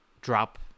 drop